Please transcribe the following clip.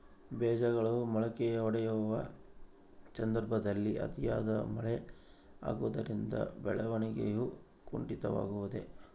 ಬೇಜಗಳು ಮೊಳಕೆಯೊಡೆಯುವ ಸಂದರ್ಭದಲ್ಲಿ ಅತಿಯಾದ ಮಳೆ ಆಗುವುದರಿಂದ ಬೆಳವಣಿಗೆಯು ಕುಂಠಿತವಾಗುವುದೆ?